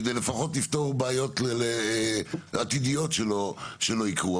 כדי לפחות לפתור בעיות עתידיות שלו כדי שלא יקרו.